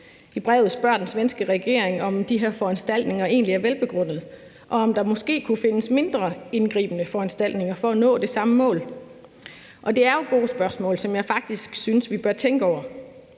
I brevet spørger den svenske regering om, om de her foranstaltninger egentlig er velbegrundede, og om der måske kunne findes mindre indgribende foranstaltninger for at nå det samme mål. Det er jo gode spørgsmål, som jeg faktisk synes vi bør tænke over.